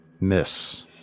Miss